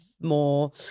more